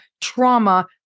trauma